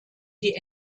die